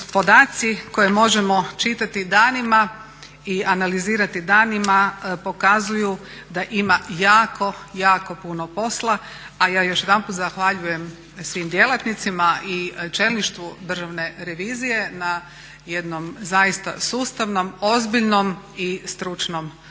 podaci koje možemo čitati danima i analizirati danima pokazuju da ima jako, jako puno posla a ja još jedanput zahvaljujem svim djelatnicima i čelništvu Državne revizije na jednom zaista sustavnom, ozbiljnom i stručnom poslu.